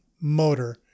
motor